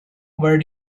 where